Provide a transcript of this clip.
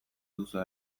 duzue